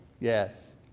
Yes